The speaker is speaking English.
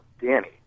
Danny